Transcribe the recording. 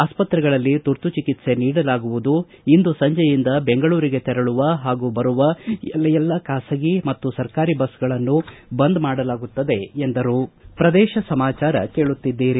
ಆಸ್ತ್ರೆಗಳಲ್ಲಿ ತುರ್ತು ಚಿಕಿತ್ಸೆ ನೀಡಲಾಗುವುದು ಇಂದು ಸಂಜೆಯಿಂದ ಬೆಂಗಳೂರಿಗೆ ತೆರಳುವ ಹಾಗು ಬರುವ ಎಲ್ಲ ಖಾಸಗಿ ಮತ್ತು ಸರಕಾರಿ ಬಸ್ಗಳನ್ನ ಬಂದ್ ಮಾಡಲಾಗುತ್ತದೆ ಎಂದರು ಪ್ರದೇಶ ಸಮಾಚಾರ ಕೇಳುತ್ತಿದ್ದೀರಿ